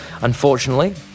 Unfortunately